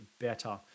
better